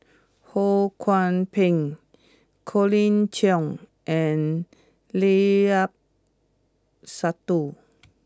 Ho Kwon Ping Colin Cheong and Limat Sabtu